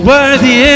Worthy